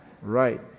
Right